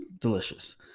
delicious